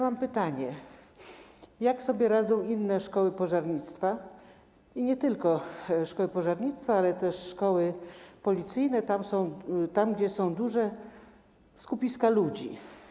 Mam pytanie: Jak sobie radzą inne szkoły pożarnictwa i nie tylko szkoły pożarnictwa, ale też szkoły policyjne, tam gdzie są duże skupiska ludzi?